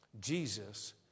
Jesus